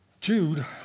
Jude